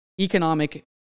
economic